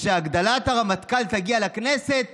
כשהגדלת הרמטכ"ל תגיע לכנסת